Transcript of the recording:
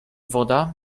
woda